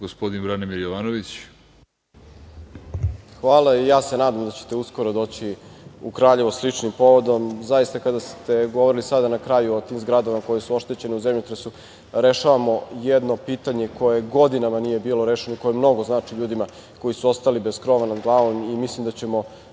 Jovanović. **Branimir Jovanović** Hvala. Ja se nadam da ćete uskoro doći u Kraljevo sličnim povodom. Kada ste govorili sada na kraju o tim zgradama koje su oštećene u zemljotresu, rešavamo jedno pitanje koje godinama nije bilo rešeno, koje mnogo znači ljudima koji su ostali bez krova nad glavom i mislim da ćemo